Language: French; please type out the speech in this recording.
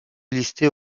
listée